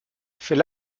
fait